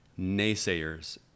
naysayers